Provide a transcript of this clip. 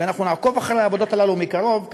ואנחנו נעקוב אחרי העבודות הללו מקרוב,